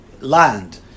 land